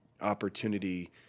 opportunity